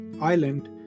island